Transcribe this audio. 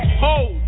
hold